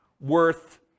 worth